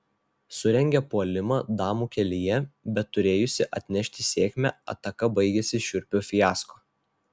surengia puolimą damų kelyje bet turėjusi atnešti sėkmę ataka baigiasi šiurpiu fiasko